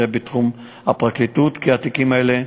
זה בתחום הפרקליטות, התיקים האלה,